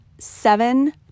seven